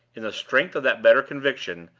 in the strength of that better conviction,